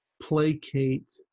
Placate